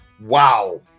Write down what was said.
Wow